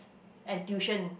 and tuition